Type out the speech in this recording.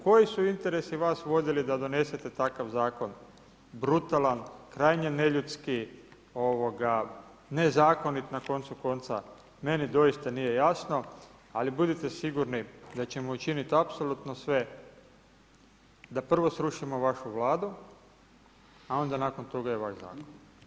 Koji su interesi vlas vodili da donesete takav Zakon brutalan, krajnje neljudski, nezakonit na koncu konca meni doista nije jasno, ali budite sigurni da ćemo učiniti apsolutno sve da prvo srušimo vašu Vladu, a onda nakon toga i ovaj Zakon.